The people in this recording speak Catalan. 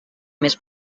més